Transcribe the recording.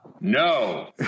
no